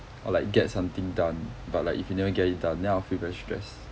or like get something done but like if you never get it done then I'll feel very stressed